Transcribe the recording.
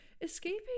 escaping